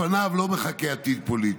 לפניו לא מחכה עתיד פוליטי.